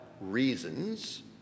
reasons